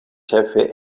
ĉefe